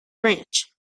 branch